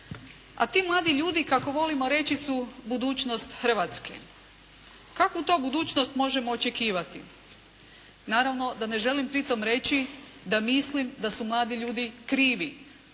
a ti mladi ljudi kako volimo reći su budućnost Hrvatske. Kakvu to budućnost možemo očekivati? Naravno da ne želim pri tom reći da mislim da su mladi ljudi krivi.